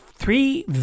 Three